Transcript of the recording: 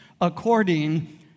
according